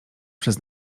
przez